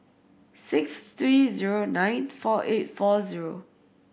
six three zero nine four eight four zero